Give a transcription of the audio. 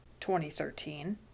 2013